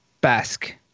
basque